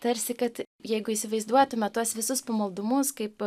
tarsi kad jeigu įsivaizduotume tuos visus pamaldumus kaip